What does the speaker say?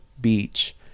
Beach